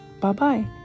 Bye-bye